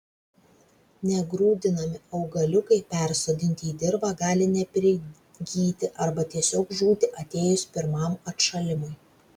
negrūdinami augaliukai persodinti į dirvą gali neprigyti arba tiesiog žūti atėjus pirmam atšalimui